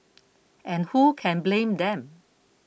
and who can blame them